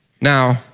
Now